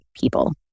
people